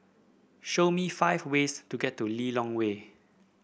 show me five ways to get to Lilongwe